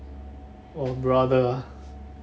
!wah! brother